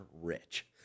rich